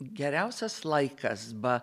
geriausias laikas ba